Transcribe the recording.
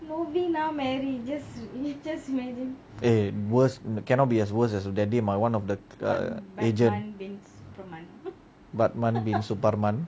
eh worse cannot be as worse as that day my one of the agent batman bin superman